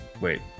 Wait